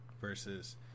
versus